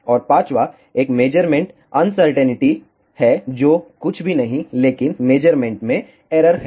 और पांचवां एक मेज़रमेंट अनसर्टेंटी है जो कुछ भी नहीं है लेकिन मेज़रमेंट में एरर हैं